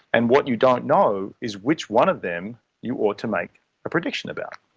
and what you don't know is which one of them you ought to make a prediction about.